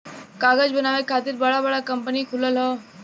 कागज बनावे खातिर बड़ा बड़ा कंपनी खुलल हौ